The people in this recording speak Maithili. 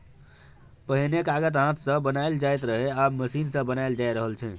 पहिने कागत हाथ सँ बनाएल जाइत रहय आब मशीन सँ बनाएल जा रहल छै